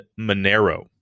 Monero